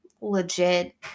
legit